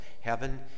heaven